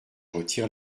retire